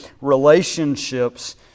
relationships